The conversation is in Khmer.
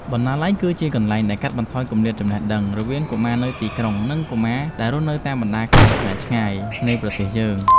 បណ្ណាល័យ គឺជាកន្លែងដែលកាត់បន្ថយគម្លាតចំណេះដឹងរវាងកុមារនៅទីក្រុង និងកុមារដែលរស់នៅតាមបណ្តាខេត្តឆ្ងាយៗនៃប្រទេសយើង។